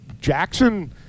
jackson